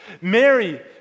Mary